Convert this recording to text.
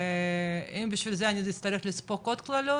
ואם בשביל זה אני אצטרך לספוג עוד קללות,